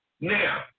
Now